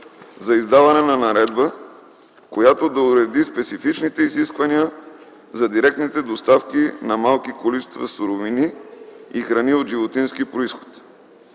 за издаване на наредба, която да уреди специфичните изисквания за директните доставки на малки количества суровини и храни от животински произход.